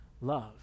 love